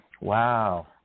Wow